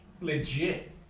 legit